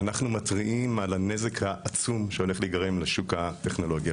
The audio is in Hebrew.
אנחנו מתריעים על הנזק העצום שהולך להיגרם לשוק הטכנולוגיה,